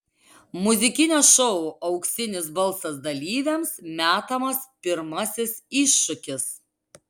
muzikinio šou auksinis balsas dalyviams metamas pirmasis iššūkis